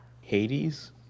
Hades